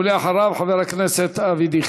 ואחריו, חבר הכנסת אבי דיכטר.